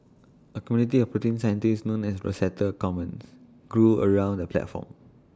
A community of protein scientists known as Rosetta Commons grew around the platform